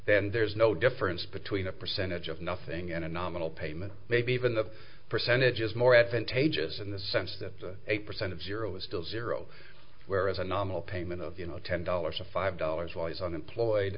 then there's no difference between a percentage of nothing and a nominal payment maybe even the percentage is more advantageous in the sense that eight percent of zero is still zero whereas a nominal payment of you know ten dollars to five dollars while he's unemployed